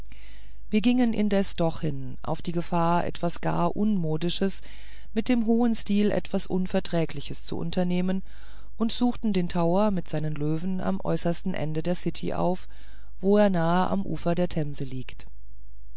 wir gingen indessen doch hin auf die gefahr etwas gar unmodisches mit dem hohen stil ganz unverträgliches zu unternehmen und suchten den tower mit seinen löwen am äußersten ende der city auf wo er nahe am ufer der themse liegt